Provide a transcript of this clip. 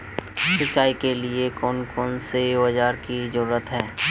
सिंचाई के लिए कौन कौन से औजार की जरूरत है?